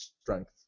strength